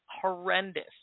horrendous